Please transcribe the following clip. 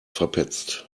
verpetzt